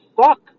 fuck